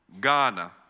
Ghana